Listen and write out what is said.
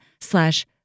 slash